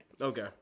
Okay